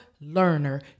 learner